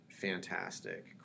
fantastic